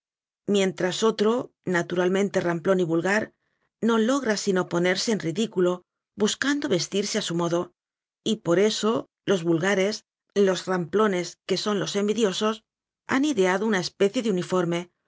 mientras otro naturalmente ramplón y vul gar no logra sino ponerse en ridículo bus cando vestirse a su modo y por eso los vul gares los ramplones que son los envidiosos han ideado una especie de uniforme